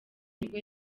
nibwo